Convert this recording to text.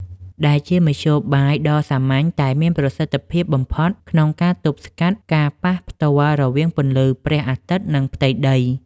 ដែលជាមធ្យោបាយដ៏សាមញ្ញតែមានប្រសិទ្ធភាពបំផុតក្នុងការទប់ស្កាត់ការប៉ះផ្ទាល់រវាងពន្លឺព្រះអាទិត្យ និងផ្ទៃដី។